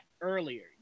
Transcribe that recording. earlier